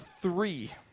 three